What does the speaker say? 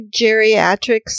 geriatrics